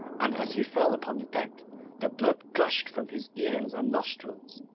and as he fell upon the deck the blood gushed from his ears and nostrils.